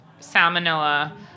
salmonella